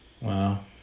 Wow